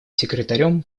секретарем